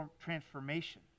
transformation